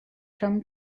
from